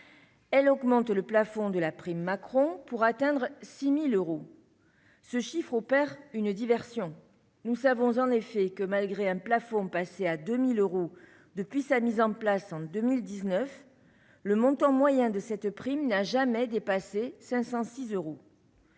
Ainsi, le plafond de la « prime Macron » est augmenté pour atteindre 6 000 euros. Ce chiffre crée une diversion. Nous savons en effet que, malgré un plafond passé à 2 000 euros depuis sa mise en place en 2019, le montant moyen de cette prime n'a jamais dépassé 506 euros.